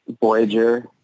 Voyager